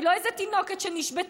היא לא איזו תינוקת שנשבתה,